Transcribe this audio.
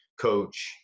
coach